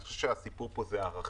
אני חושב שהסיפור פה זה הערכים.